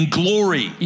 glory